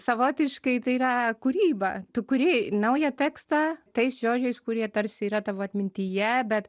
savotiškai tai yra kūryba tu kuri naują tekstą tais žodžiais kurie tarsi yra tavo atmintyje bet